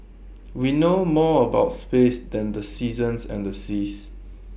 we know more about space than the seasons and the seas